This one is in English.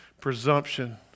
presumption